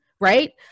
right